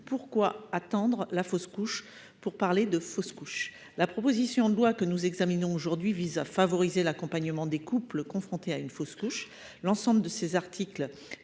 pourquoi attendre que la fausse couche survienne pour en parler ? La proposition de loi que nous examinons aujourd'hui vise à favoriser l'accompagnement des couples confrontés à une fausse couche ; l'ensemble de ses articles